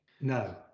no